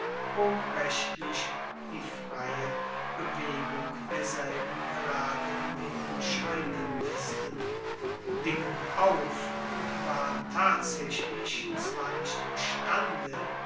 hob rechtlich die freie bewegung derselben gerade in den entscheidendsten dingen auf und war tatsaechlich zwar nicht imstande